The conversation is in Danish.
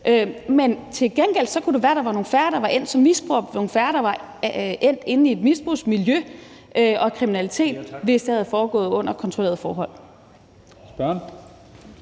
Men til gengæld kunne det være, der var nogle færre, der var endt som misbrugere, og nogle færre, der var endt i et misbrugsmiljø og kriminalitet, hvis det var foregået under kontrollerede forhold.